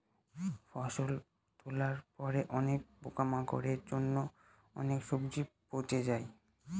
ফসল তোলার পরে অনেক পোকামাকড়ের জন্য অনেক সবজি পচে যায়